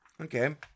Okay